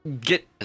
get